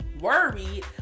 worried